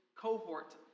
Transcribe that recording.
cohort